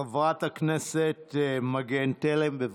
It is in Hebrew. חברת הכנסת מגן תלם, בבקשה.